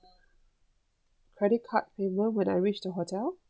credit card payment when I reach the hotel